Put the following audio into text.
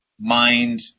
mind